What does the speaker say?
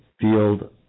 field